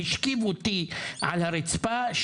השכיב אותי על הרצפה,